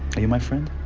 you my friend?